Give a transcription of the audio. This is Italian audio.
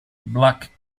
black